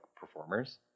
performers